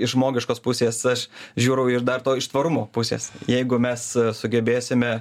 iš žmogiškos pusės aš žiūrau ir dar to iš tvarumo pusės jeigu mes sugebėsime